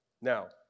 Now